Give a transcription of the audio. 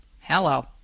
Hello